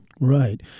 Right